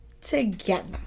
together